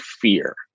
fear